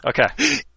Okay